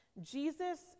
Jesus